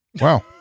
Wow